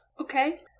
Okay